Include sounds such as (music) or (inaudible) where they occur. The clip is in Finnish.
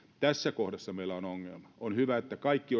tässä kohdassa meillä on on ongelma on hyvä että kaikki (unintelligible)